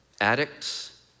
addicts